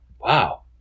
Wow